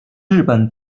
日本